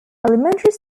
elementary